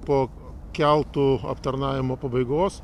po keltų aptarnavimo pabaigos